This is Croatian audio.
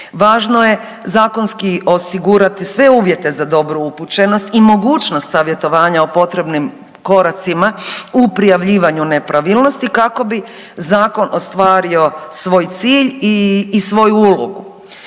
Važno je zakonski osigurati sve uvjete za dobru upućenost i mogućnost savjetovanja o potrebnim koracima u prijavljivanju nepravilnosti kao bi zakon ostvario svoj cilj i svoju ulogu.